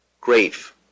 grave